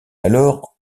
alors